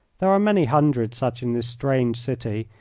there are many hundred such in this strange city,